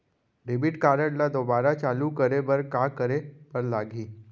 Debit card ला दोबारा चालू करे बर का करे बर लागही?